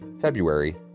February